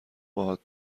باهات